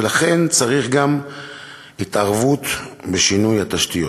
ולכן צריך גם התערבות לשינוי התשתיות.